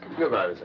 good-bye,